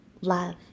love